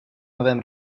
novém